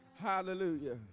Hallelujah